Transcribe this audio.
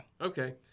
Okay